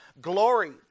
glory